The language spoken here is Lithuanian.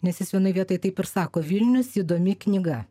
nes jis vienoj vietoj taip ir sako vilnius įdomi knyga